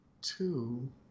two